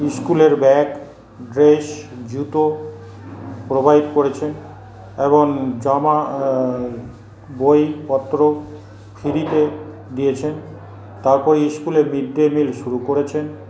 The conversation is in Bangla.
ইস্কুলের ব্যাগ ড্রেস জুতো প্রোভাইড করেছে এবং জামা বইপত্র ফ্রিতে দিয়েছে তারপরে ইস্কুলের মিডডে মিল শুরু করেছেন